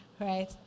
right